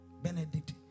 Benedict